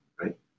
right